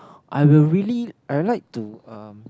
I will really I like to (um)>